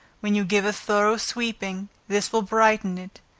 when you give a thorough sweeping, this will brighten it,